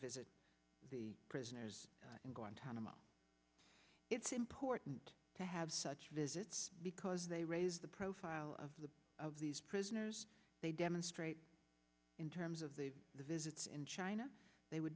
visit the prisoners in guantanamo it's important to have such visits because they raise the profile of the of these prisoners they demonstrate in terms of the visits in china they would